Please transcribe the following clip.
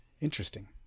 Interesting